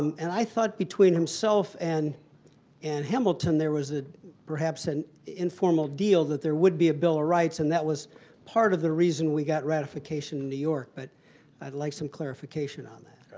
and i thought between himself and and hamilton there was ah perhaps an informal deal that there would be a bill of ah rights and that was part of the reason we got ratification in new york. but i'd like some clarification on that.